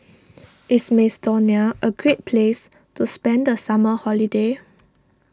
is Macedonia a great place to spend the summer holiday